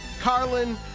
Carlin